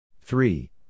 Three